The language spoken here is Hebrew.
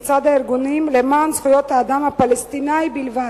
מצד "הארגונים למען זכויות האדם הפלסטיני בלבד",